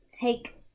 take